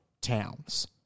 towns